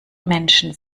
menschen